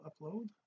upload